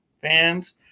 fans